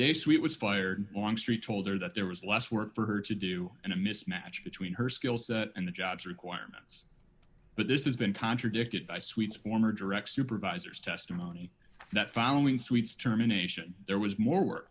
day sweet was fired longstreet told her that there was less work for her to do and a mismatch between her skill set and the job's requirements but this has been contradicted by suites former direct supervisors testimony that following suites germination there was more work